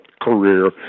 career